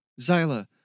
Zyla